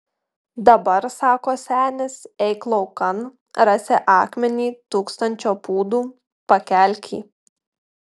dabar sako senis eik laukan rasi akmenį tūkstančio pūdų pakelk jį